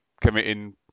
committing